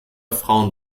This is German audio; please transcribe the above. frauen